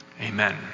Amen